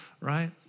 right